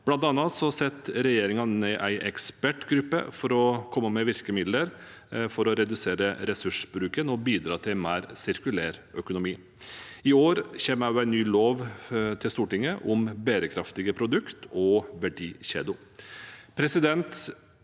Blant annet setter regjeringen ned en ekspertgruppe for å komme med virkemidler for å redusere ressursbruken og bidra til en mer sirkulær økonomi. I år kommer det også en ny lov til Stortinget om bærekraftige produkter og verdikjeder.